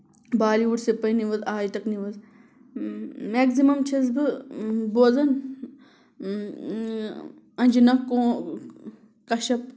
بالی وُڈ سپرے news Aaj Tak news maximum چھَس بہٕ بوزان اَنجِنا کو کَشپ